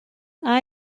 not